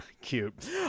cute